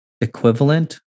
equivalent